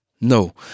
No